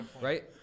Right